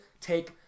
take